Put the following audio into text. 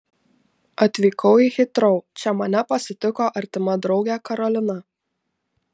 atvykau į hitrou čia mane pasitiko artima draugė karolina